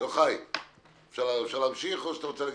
הצבעה